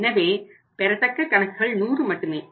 எனவே பெறத்தக்க கணக்குகள் 100 மட்டுமே